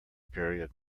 period